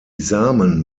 samen